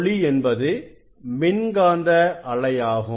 ஒளி என்பது மின்காந்த அலை ஆகும்